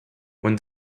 when